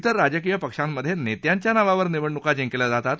विर राजकीय पक्षांमध्ये नेत्यांच्या नावावर निवडणुका जिंकल्या जातात